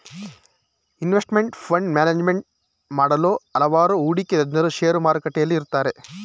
investment fund management ಮಾಡಲು ಹಲವಾರು ಹೂಡಿಕೆ ತಜ್ಞರು ಶೇರು ಮಾರುಕಟ್ಟೆಯಲ್ಲಿ ಇರುತ್ತಾರೆ